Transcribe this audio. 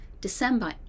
December